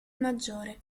maggiore